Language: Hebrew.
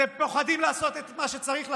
אתם פוחדים לעשות את מה שצריך לעשות.